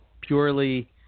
purely